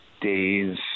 days